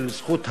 של זכות האדם,